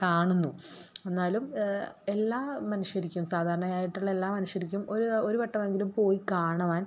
കാണുന്നു എന്നാലും എല്ലാ മനുഷ്യർക്കും സാധാരണ ആയിട്ടുള്ള എല്ലാ മനുഷ്യർക്കും ഒരു ഒരു വട്ടമെങ്കിലും പോയി കാണുവാൻ